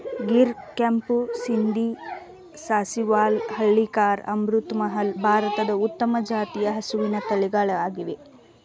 ಗಿರ್, ಕೆಂಪು ಸಿಂಧಿ, ಸಾಹಿವಾಲ, ಹಳ್ಳಿಕಾರ್, ಅಮೃತ್ ಮಹಲ್, ಭಾರತದ ಉತ್ತಮ ಜಾತಿಯ ಹಸಿವಿನ ತಳಿಗಳಾಗಿವೆ